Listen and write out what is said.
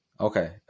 Okay